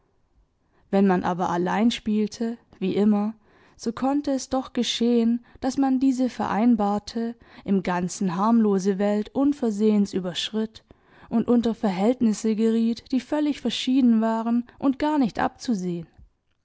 wenn man aber allein spielte wie immer so konnte es doch geschehen daß man diese vereinbarte im ganzen harmlose welt unversehens überschritt und unter verhältnisse geriet die völlig verschieden waren und gar nicht abzusehen